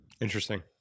Interesting